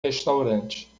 restaurante